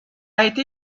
été